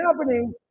happening